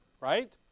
right